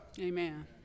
Amen